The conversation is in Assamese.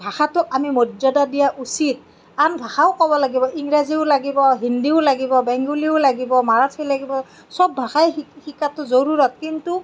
ভাষাটোক আমি মৰ্যদা দিয়া উচিত আন ভাষাও ক'ব লাগিব ইংৰাজীও লাগিব হিন্দীও লাগিব বেংগলীও লাগিব মাৰাঠী লাগিব সব ভাষাই শিক শিকাটো জৰুৰত কিন্তু